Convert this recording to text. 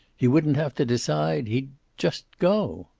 he wouldn't have to decide. he'd just go.